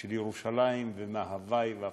של ירושלים ומההווי והפולקלור,